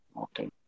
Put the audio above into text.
Okay